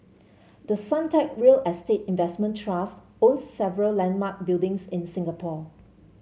the Suntec real estate investment trust owns several landmark buildings in Singapore